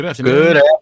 Good